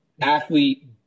athlete